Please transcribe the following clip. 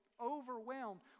overwhelmed